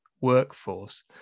workforce